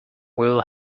will